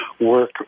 work